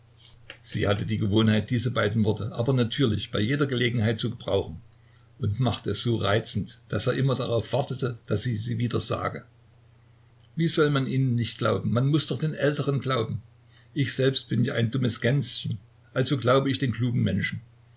sie hatte die gewohnheit diese beiden worte aber natürlich bei jeder gelegenheit zu gebrauchen und machte es so reizend daß er immer darauf wartete daß sie sie wieder sage wie soll man ihnen nicht glauben man muß doch den älteren glauben ich selbst bin ja ein dummes gänschen also glaube ich den klugen menschen